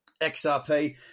XRP